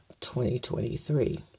2023